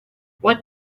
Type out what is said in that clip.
what